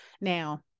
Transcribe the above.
Now